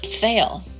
fail